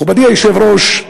מכובדי היושב-ראש,